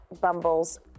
Bumble's